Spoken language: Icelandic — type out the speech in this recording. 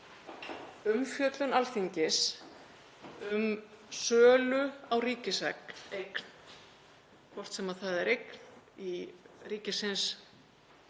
umfjöllun Alþingis um sölu á ríkiseign, hvort sem það er eign ríkisins,